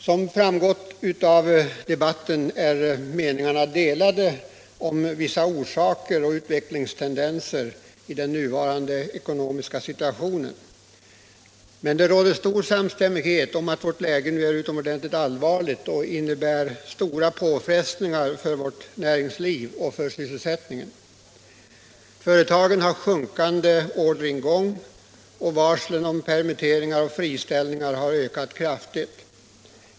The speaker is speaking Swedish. Som framgått av debatten är meningarna delade om orsakerna till och utvecklingstendenserna i den nuvarande ekonomiska situationen. Men det råder stor samstämmighet om att vårt läge nu är utomordentligt allvarligt och innebär stora påfrestningar för vårt näringsliv och för sysselsättningen. Företagen har sjunkande orderingång, och varslen om permitteringar och friställningar har ökat kraftigt.